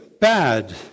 bad